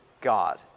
God